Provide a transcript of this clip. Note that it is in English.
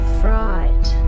fright